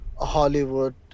Hollywood